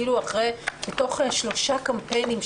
בתוך שלושה קמפיינים,